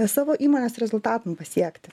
savo įmonės rezultatam pasiekti